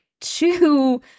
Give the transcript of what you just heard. two